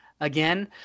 again